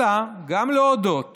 אלא גם להודות